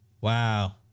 Wow